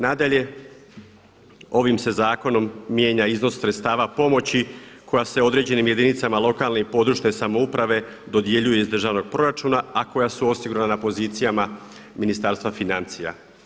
Nadalje, ovim se zakonom mijenja iznos sredstava pomoći koja se određenim jedinicama lokalne i područne samouprave dodjeljuje iz državnog proračuna, a koja su osigurana na pozicijama Ministarstva financija.